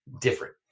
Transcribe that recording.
different